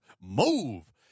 Move